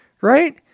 right